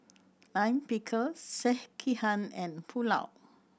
Lime Pickle Sekihan and Pulao